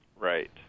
Right